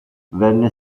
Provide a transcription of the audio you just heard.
venne